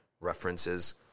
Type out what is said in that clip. References